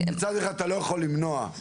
מצד אחד אתה לא יכול למנוע, חוקית,